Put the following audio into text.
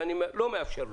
ואני לא מאפשר לו.